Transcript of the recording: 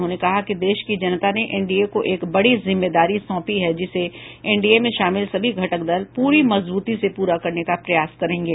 उन्होंने कहा कि देश की जनता ने एनडीए को एक बड़ी जिम्मेदारी सौंपी है जिसे एनडीए में शामिल सभी घटक दल प्री मजबूती से प्ररा करने का प्रयास करेंगे